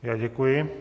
Já děkuji.